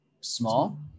small